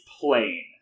plain